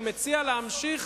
אני מציע להמשיך,